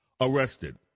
arrested